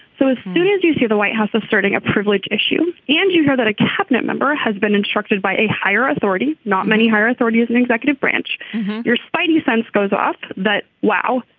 so as soon as you see the white house asserting a privilege issue and you hear that a cabinet member has been instructed by a higher authority not many higher authority as an executive branch your spidey sense goes off that. wow.